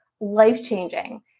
life-changing